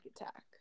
attack